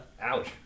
Ouch